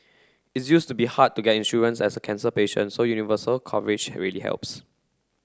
it used to be hard to get insurance as a cancer patient so universal coverage really helps